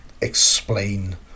explain